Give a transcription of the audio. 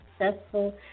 successful